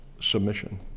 Submission